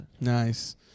Nice